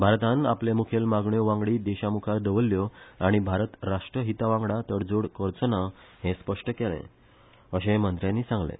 भारतान आपले मुखेल मागण्यो वांगडी देशामुखार दवरल्यो आनी भारत राष्ट्रहितवांगडा तडजोड करचो ना हें स्पश्ट केलें अशें मंत्र्यानी सांगलें